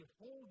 hold